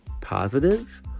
positive